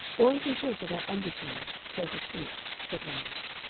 one can talk without undertones, so to speak, said ramage.